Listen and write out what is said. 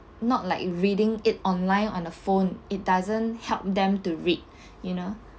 not like reading it online on the phone it doesn't help them to read you know